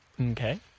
Okay